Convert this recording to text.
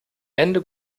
ende